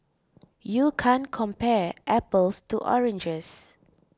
you can't compare apples to oranges